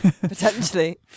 Potentially